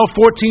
14